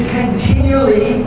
continually